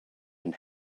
and